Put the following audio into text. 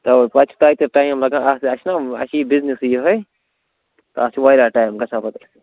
تَوَے پَتہٕ چھِ تَتہِ ٹایِم لَگان اَتھ اَسہِ چھِنا اَسہِ چھِ بِزنِسٕے یِہَے تتھ چھِ واریاہ ٹایِم گژھان پَتہٕ